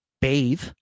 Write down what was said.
bathe